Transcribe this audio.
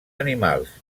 animals